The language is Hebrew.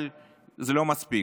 אבל זה לא מספיק.